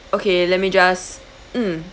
okay let me just mm